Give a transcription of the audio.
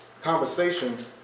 conversation